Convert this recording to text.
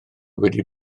wedi